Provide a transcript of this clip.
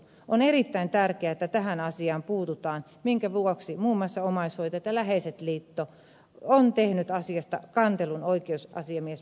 on erittäin tärkeätä että tähän asiaan puututaan minkä vuoksi muun muassa omaishoitajat ja läheiset liitto on tehnyt asiasta kantelun oikeusasiamies pauniolle